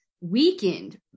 weakened